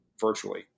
Virtually